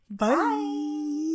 bye